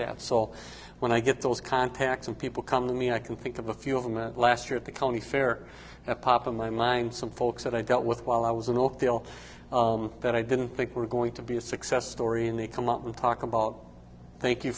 that saul when i get those contacts and people come to me i can think of a few of them that last year at the county fair that popped in my mind some folks that i dealt with while i was in oakdale that i didn't think were going to be a success story in the come up with talk about thank you